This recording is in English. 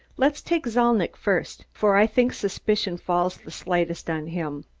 let's take zalnitch first, for i think suspicion falls the slightest on him.